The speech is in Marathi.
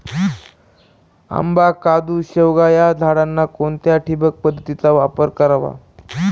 आंबा, काजू, शेवगा या झाडांना कोणत्या ठिबक पद्धतीचा वापर करावा?